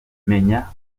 menya